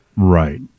Right